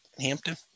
Hampton